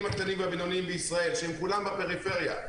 הקטנים והבינוניים בישראל שכולם בפריפריה.